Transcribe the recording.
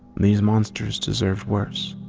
these monsters deserved worse.